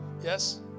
Yes